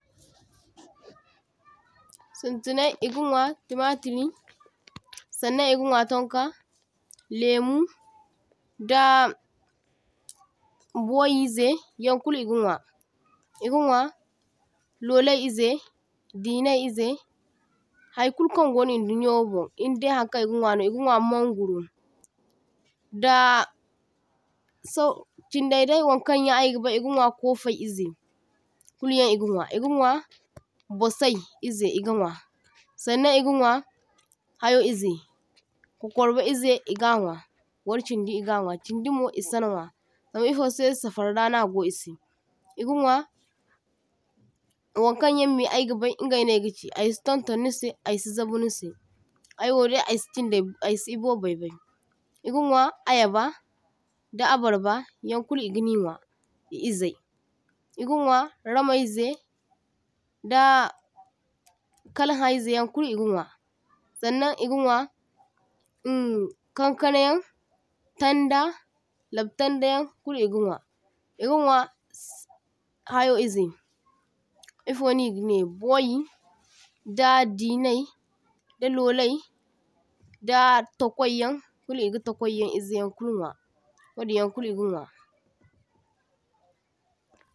toh – toh Sintinai iga nwa tamatiri, saŋnaŋ iga nwa tunka, lemu, daa boyi ze yaŋ kulu iga nwa, iga nwa lolai ize, dinai ize, hai kulu kaŋ gono idunyo wo bun indai haŋkaŋ iga nwano, iga nwa munguro, daa so chidai dai waŋkaŋ yaŋ aiga bai iga nwa kofai ize, kulyaŋ iga nwa, iga nwa bosai ize iga nwa. Saŋnaŋ iga nwa hayo ize korbo ize i ga nwa, bar chindi iga nwa chindi mo isaŋa nwa, zama ifose safari ra nago ise, iga nwa wankaŋyaŋ me aiga bai ingai nai ga chi, ai si tun tun nise ai si zabu nise, aiwo dai aisi chindai aisi ibobai bai, iga nwa ayaba, da abarba yaŋ kulu igini nwa i izai, iga nwa ramai ze daa kalhai zayaŋ kulu iga nwa. Saŋnaŋ iga nwa in kaŋkaŋa yan, taŋda, labtaŋda yaŋ kulu iga nwa, iga nwa s hayo ize ifo niga ne boyi, da ji nai, da lolai da takwai yan kulu iga takwai yaŋ ize yaŋ kulu nwa, wadinyaŋ kulu igi nwa.